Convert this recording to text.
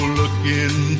looking